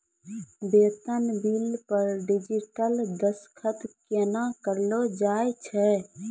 बेतन बिल पर डिजिटल दसखत केना करलो जाय छै?